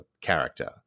character